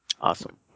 Awesome